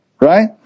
Right